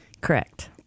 Correct